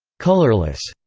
colorless,